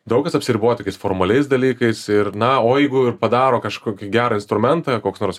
daug kas apsiriboti tokiais formaliais dalykais ir na o jeigu ir padaro kažkokį gerą instrumentą koks nors